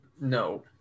No